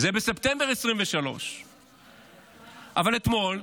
זה בספטמבר 2023. אבל אתמול,